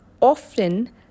often